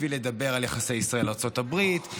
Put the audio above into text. בשביל לדבר על יחסי ישראל-ארצות הברית,